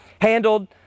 handled